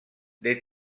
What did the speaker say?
the